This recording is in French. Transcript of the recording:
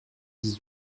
dix